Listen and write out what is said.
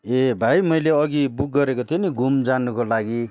ए भाइ मैले अघि बुक गरेको थिएँ नि घुम जानुको लागि